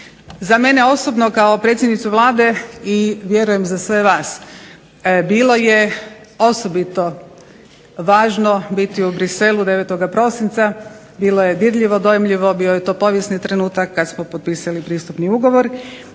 Za mene osobno kao predsjednicu Vlade i vjerujem za sve vas bilo je osobito važno biti u Bruxellesu 9. prosinca, bilo je dirljivo dojmljivo. Bio je to povijesni trenutak kad smo potpisali pristupni ugovor.